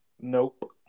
Nope